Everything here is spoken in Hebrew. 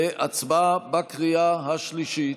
להצבעה בקריאה השלישית.